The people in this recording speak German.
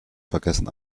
vergessen